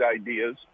ideas